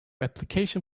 application